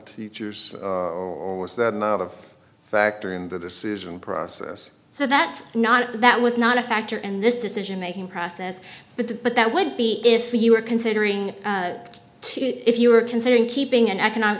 teachers or was that not a factor in the decision process so that's not that was not a factor in this decision making process but the but that would be if you were considering to if you were considering keeping an economic